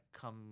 come